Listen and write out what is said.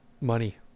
money